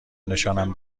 نشانم